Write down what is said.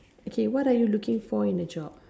okay what are you looking for in a job